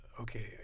okay